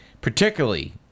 particularly